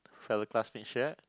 fellow classmates shared